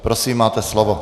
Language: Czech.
Prosím, máte slovo.